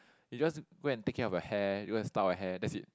you just go and take care of your hair you go and style your hair that's it